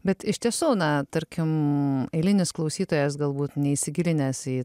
bet iš tiesų na tarkim eilinis klausytojas galbūt neįsigilinęs į